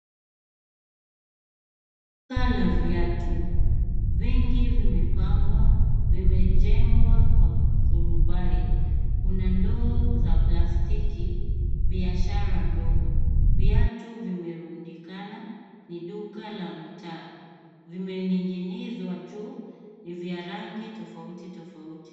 Duka la viatu vingi vimepangwa, vimejengwa kwa turubai. Kuna ndoo za plastiki, biashara ndogo. Viatu vimerundikana, ni duka la mtaa. Vimeningizwa juu, ni vya rangi tofauti tofauti.